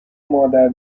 مادر